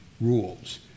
rules